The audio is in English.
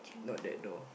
not that door